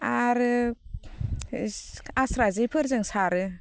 आरो आस्रा जेफोरजों सारो